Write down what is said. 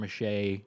mache